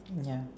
ya